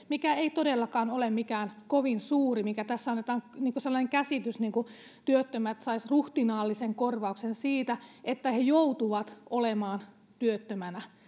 mikä ei todellakaan ole mikään kovin suuri tässä annetaan sellainen käsitys että työttömät saisivat ruhtinaallisen korvauksen siitä että he joutuvat olemaan työttömänä